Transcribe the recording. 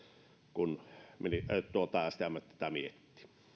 kun stm tätä miettii